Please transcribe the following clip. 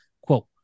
Quote